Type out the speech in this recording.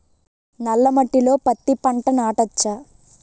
నల్ల మట్టిలో పత్తి పంట నాటచ్చా?